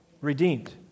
redeemed